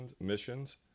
missions